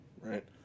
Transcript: right